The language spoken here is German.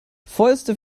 fäuste